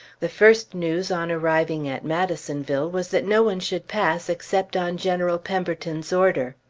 the first news on arriving at madisonville was that no one should pass except on general pemberton's order.